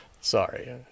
Sorry